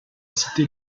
cité